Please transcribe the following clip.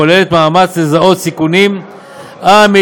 הכוללת מאמץ לזהות סיכונים המתפתחים,